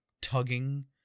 tugging